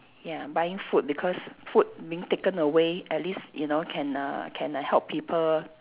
ya buying food because food being taken away at least you know can uh can uh help people